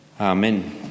Amen